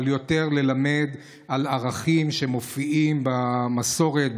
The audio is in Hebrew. יותר ללמד על ערכים שמופיעים במסורת,